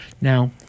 Now